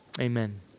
amen